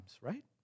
right